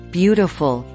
beautiful